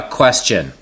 question